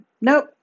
nope